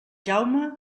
jaume